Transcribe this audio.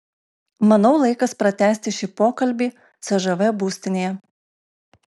manau laikas pratęsti šį pokalbį cžv būstinėje